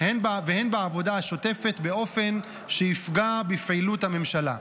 והן בעבודה השוטפת באופן שיפגע בפעילות הממשלה.